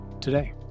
today